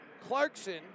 Clarkson